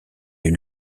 une